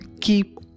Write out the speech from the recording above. keep